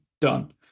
done